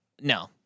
No